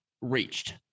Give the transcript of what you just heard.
reached